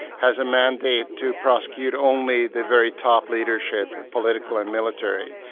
has a mandate to prosecute only the very top leadership, political and military.